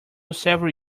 several